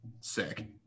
sick